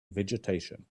vegetation